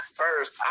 first